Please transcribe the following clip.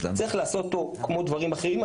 צריך לעשות טוב כמו דברים אחרים,